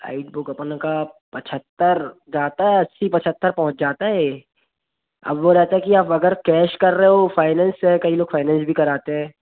iBook अपन का पचहत्तर जाता है और अस्सी पचहत्तर पहुँच जाता है यह अब वह रहता कि आप अगर कैश कर रहे हो फ़ाइनेंस कई लोग फ़ाइनेंस भी कराते हैं